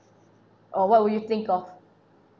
or what would you think of